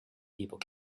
people